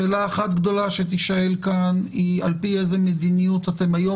שאלה אחת גדולה שתישאל כאן היא על פי איזה מדיניות אתם היום